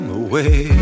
away